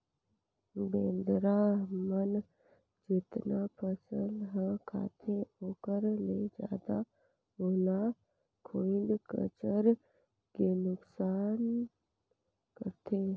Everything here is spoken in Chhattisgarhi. बेंदरा मन जेतना फसल ह खाते ओखर ले जादा ओला खुईद कचर के नुकनास करथे